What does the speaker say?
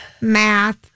math